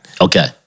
Okay